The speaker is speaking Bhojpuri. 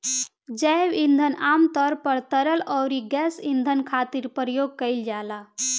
जैव ईंधन आमतौर पर तरल अउरी गैस ईंधन खातिर प्रयोग कईल जाला